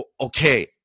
Okay